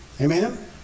Amen